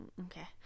Okay